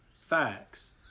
facts